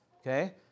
Okay